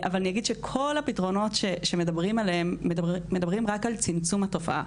אבל כל הפתרונות שמדברים עליהם מדברים רק על צמצום התופעה,